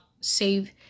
save